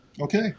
Okay